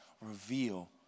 reveal